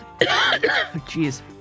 Jeez